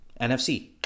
nfc